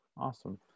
awesome